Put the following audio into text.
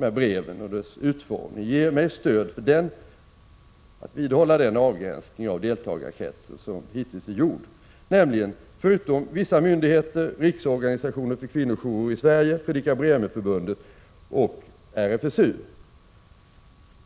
a. breven och deras utformning ger mig stöd för att hålla fast vid den avgränsning av deltagarkretsen som hittills är gjord — den innefattar förutom vissa myndigheter, riksorganisationen för kvinnojourer i Sverige, Fredrika-Bremer-förbundet och RFSU.